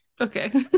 Okay